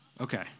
Okay